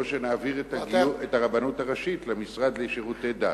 או שנעביר את הרבנות הראשית למשרד לשירותי דת.